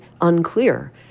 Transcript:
unclear